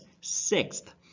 Sixth